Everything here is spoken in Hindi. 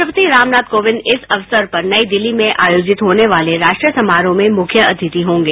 राष्ट्रपति रामनाथ कोविंद इस अवसर पर नई दिल्ली में आयोजित होने वाले राष्ट्रीय समारोह में मुख्य अतिथि होंगे